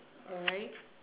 alright